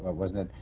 wasn't it?